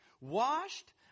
washed